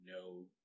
no